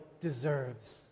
deserves